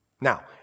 Now